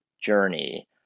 journey